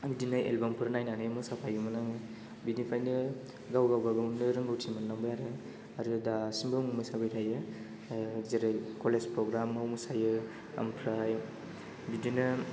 बिदिनो एलबामफोर नायनानै मोसाफायोमोन आङो बेनिफ्रायनो गाव गावबा गावनो रोंगौथि मोनलांबाय आरो आरो दासिमबो आं मोसाबाय थायो जेरै कलेज प्रग्रामाव मोसायो ओमफ्राय बिदिनो